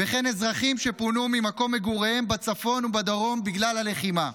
וכן אזרחים שפונו ממקום מגוריהם בצפון ובדרום בגלל הלחימה.